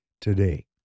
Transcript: today